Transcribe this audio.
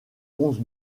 onze